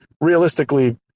realistically